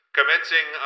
Commencing